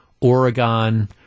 Oregon